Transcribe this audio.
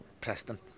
Preston